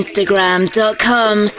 Instagram.com